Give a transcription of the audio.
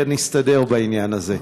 ונסתדר בעניין הזה.